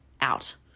out